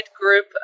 group